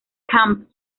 camp